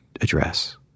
address